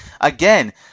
Again